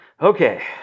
Okay